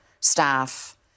staff